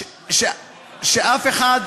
שאף אחד,